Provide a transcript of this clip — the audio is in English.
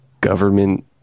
government